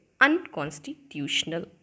unconstitutional